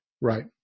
Right